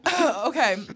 Okay